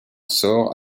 sort